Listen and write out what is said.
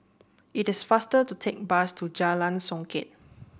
it is faster to take bus to Jalan Songket